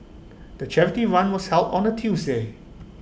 the charity run was held on A Tuesday